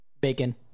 Bacon